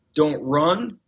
don't run.